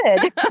good